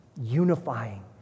unifying